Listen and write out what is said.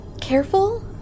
careful